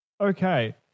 Okay